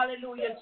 Hallelujah